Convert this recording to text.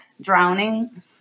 drowning